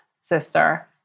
sister